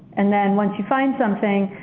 and then once you find something,